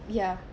ya